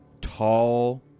tall